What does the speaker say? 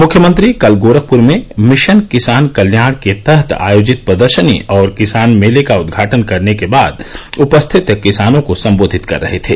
मुख्यमंत्री कल गोरखपुर में मिशन किसान कल्याण के तहत आयोजित प्रदर्शनी और किसान मेले का उदघाटन करने के बाद उपरिथित किसानों को संबोधित कर रहे थे